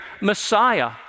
Messiah